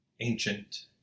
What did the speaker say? Ancient